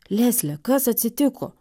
lesle kas atsitiko